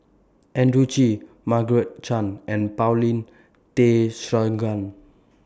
Andrew Chew Margaret Chan and Paulin Tay Straughan